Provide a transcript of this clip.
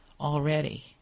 already